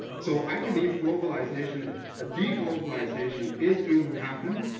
so i believe deglobalization ah deglobalization is going to happen.